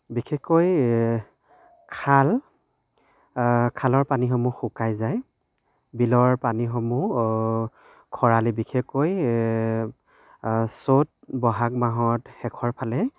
বিশেষকৈ খাল খালৰ পানীসমূহ শুকাই যায় বিলৰ পানীসমূহ খৰালি বিশেষকৈ চ'ত বহাগ মাহত শেষৰ ফালে